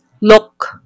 look